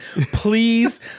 please